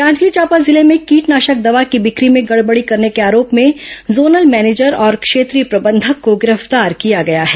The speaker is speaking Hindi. जांजगीर चांपा जिले में कीटनाशक दवा की बिक्री में गड़बड़ी करने के आरोप में जोनल मैनेजर और क्षेत्रीय प्रबंधक को गिरफ्तार किया गया है